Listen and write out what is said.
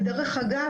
דרך אגב,